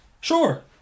Sure